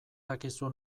dakizu